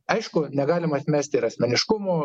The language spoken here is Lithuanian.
aišku negalima atmesti ir asmeniškumų